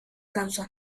causan